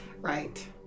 Right